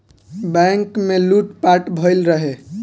bank में लूट पाट भईल रहे